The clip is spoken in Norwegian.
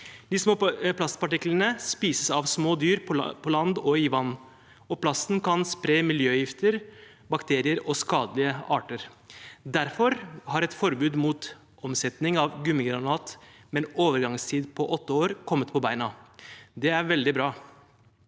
De små plastpartiklene spises av små dyr på land og i vann, og plasten kan spre miljøgifter, bakterier og skadelige arter. Derfor har et forbud mot omsetning av gummigranulat med en overgangstid på 8 år kommet på beina. Det er veldig bra.